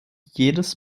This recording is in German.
jedes